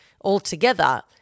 altogether